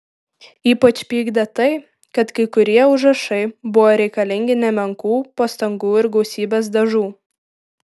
ypač pykdė tai kad kai kurie užrašai buvo reikalingi nemenkų pastangų ir gausybės dažų